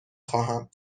خواهم